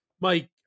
Mike